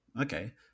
okay